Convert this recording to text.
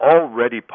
already